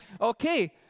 okay